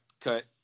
cut